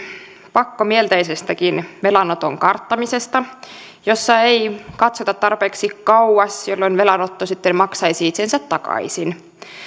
pakkomielteisestäkin velanoton karttamisesta jossa ei katsota tarpeeksi kauas jolloin velanotto sitten maksaisi itsensä takaisin